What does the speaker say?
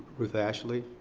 ruth ashley.